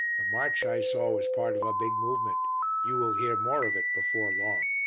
the march i saw was part of a big movement you will hear more of it before long.